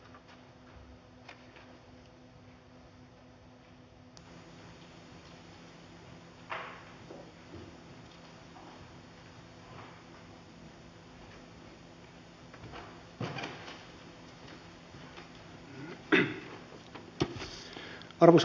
arvoisa puhemies